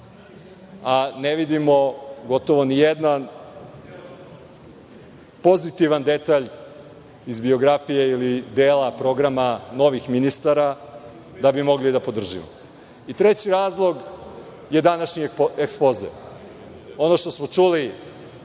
a ne vidimo gotovo ni jedan pozitivan detalj iz biografije ili dela programa novih ministara, da bi mogli da podržimo. Treći razlog je današnji ekspoze. Ono što smo čuli